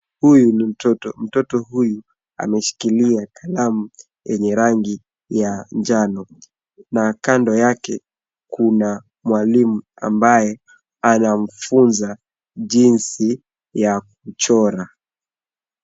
Huyu ni mtoto. Mtoto huyu ameshikilia kalamu yenye rangi ya njano na kando yake kuna mwalimu ambaye anamfu za jinsi ya kuchora.